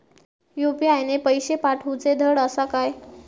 UPI ने पैशे पाठवूचे धड आसा काय?